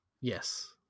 Yes